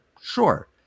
sure